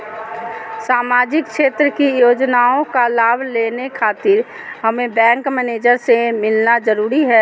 सामाजिक क्षेत्र की योजनाओं का लाभ लेने खातिर हमें बैंक मैनेजर से मिलना जरूरी है?